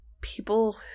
people